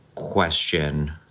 question